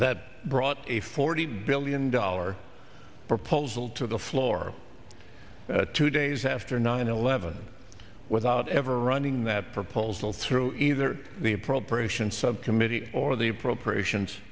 that brought a forty billion dollar proposal to the floor two days after nine eleven without ever running that proposal through either the appropriations subcommittee or the appropriations